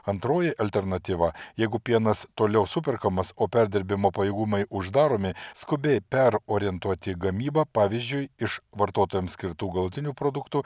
antroji alternatyva jeigu pienas toliau superkamas o perdirbimo pajėgumai uždaromi skubiai per orientuoti į gamybą pavyzdžiui iš vartotojams skirtų galutinių produktų